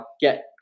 get